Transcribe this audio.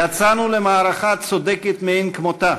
יצאנו למערכה צודקת מאין כמותה,